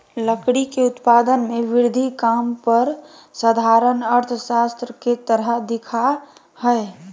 लकड़ी के उत्पादन में वृद्धि काम पर साधारण अर्थशास्त्र के तरह दिखा हइ